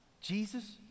Jesus